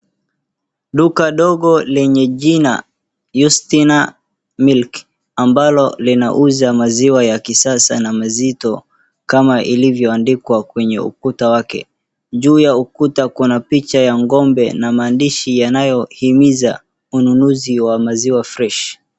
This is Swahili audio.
Duka ndogo lenye jina Yustina Milk ambalo linauza maziwa ya kisasa na mazito kama ilivyoandikwa kwenye ukuta wake. Juu ya ukuta kuna picha ya ng'ombe na maandishi yanayoimiza ununuzi wa maziwa fresh .